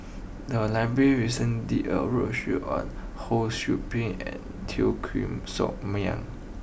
the library recent did a roadshow on Ho Sou Ping and Teo Koh Sock Miang